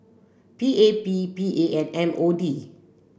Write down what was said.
P A P P A and M O D